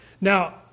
Now